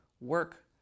work